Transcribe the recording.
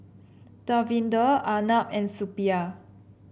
Davinder Arnab and Suppiah